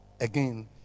again